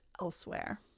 elsewhere